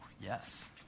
yes